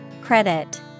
Credit